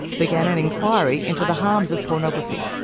began an inquiry into the harms of pornography.